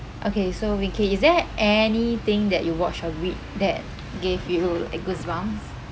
okay so wing kee is there anything that you watched or read that gave you like goosebumps